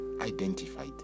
identified